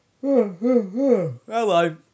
hello